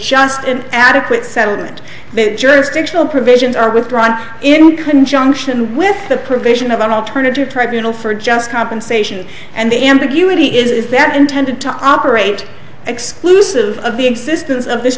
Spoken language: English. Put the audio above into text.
just and adequate settlement jurisdictional provisions are withdrawn in conjunction with the provision of an alternative tribunals for just compensation and the ambiguity is that intended to operate exclusive of the existence of the